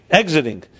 exiting